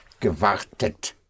gewartet